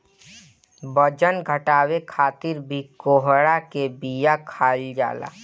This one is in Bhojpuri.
बजन घटावे खातिर भी कोहड़ा के बिया खाईल जाला